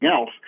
else